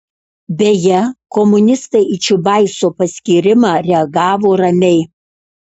beje komunistai į čiubaiso paskyrimą reagavo ramiai